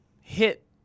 hit –